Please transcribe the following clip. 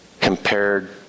compared